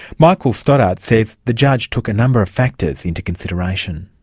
michael stoddart says the judge took a number of factors into consideration.